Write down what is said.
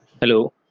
Hello